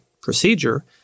procedure